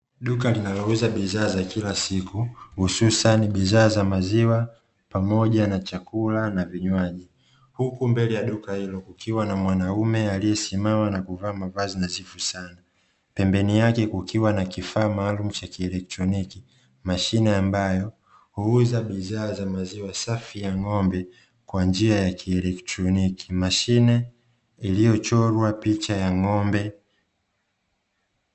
Duka linalouza bidhaa za kila siku hususani bidhaa za maziwa pamoja na chakula na vinywaji, huku mbele ya duka hilo ukiwa na mwanaume aliyesimama na kuvaa mavazi nadhifu sana, pembeni yake kukiwa na kifaa maalumu mashine ambayo huuza bidhaa za maziwa safi ya ng'ombe kwa njia ya kielektroniki, mashine iliyochorwa picha ya ng'ombe.